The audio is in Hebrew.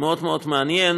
מאוד מאוד מעניין,